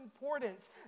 importance